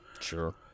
sure